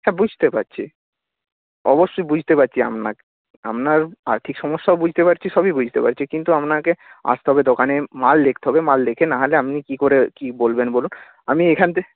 হ্যাঁ বুঝতে পারছি অবশ্যই বুঝতে পারছি আপনার আপনার আর্থিক সমস্যাও বুঝতে পারছি সবই বুঝতে পারছি কিন্তু আপনাকে আসতে হবে দোকানে মাল দেখতে হবে মাল দেখে না হলে আপনি কী করে কী বলবেন বলুন আমি এখান